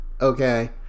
okay